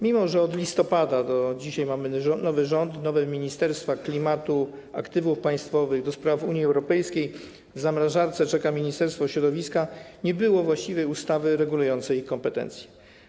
Mimo że od listopada do dzisiaj mamy nowy rząd, nowe ministerstwa: klimatu, aktywów państwowych, do spraw Unii Europejskiej, w zamrażarce czeka ministerstwo środowiska, nie było właściwej ustawy regulującej ich kompetencje.